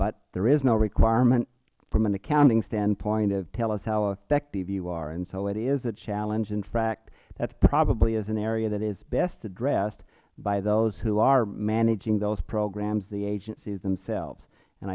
but there is no requirement from an accounting standpoint of tell us how effective you are so it is a challenge in fact that probably is an area that is best addressed by those who are managing those programs the agencies themselves and